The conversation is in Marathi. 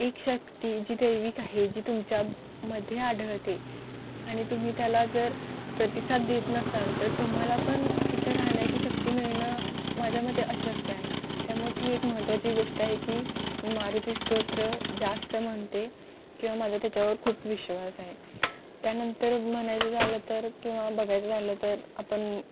एक शक्ती जी दैविक आहे जी तुमच्या मध्ये आढळते आणि तुम्ही त्याला जर प्रतिसाद देत नसाल तर तुम्हाला पण इथं राहण्याची शक्ती मिळणं माझ्यामते अशक्य आहे त्यामुळे ती एक महत्त्वाची गोष्ट आहे की मी मारुतीस्त्रोत्र जास्त म्हणते किंवा माझा त्याच्यावर खूप विश्वास आहे त्यानंतर म्हणायचं झालं तर किंवा बघायचं झालं तर आपण